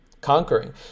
Conquering